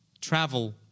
travel